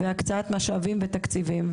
הקצאת משאבים ותקציבים.